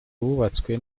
wubatswe